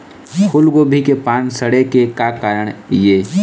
फूलगोभी के पान सड़े के का कारण ये?